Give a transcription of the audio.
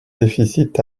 déficit